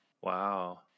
Wow